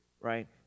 right